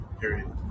period